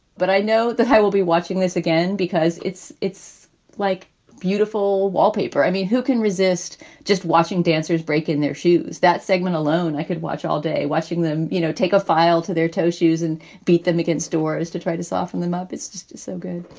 but i know that i will be watching this again because it's it's like beautiful wallpaper. i mean, who can resist just watching dancers break in their shoes? that segment alone i could watch all day watching them, you know, take a file to their toe shoes and beat them against door is to try to soften them up. it's just so good